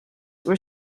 were